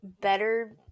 better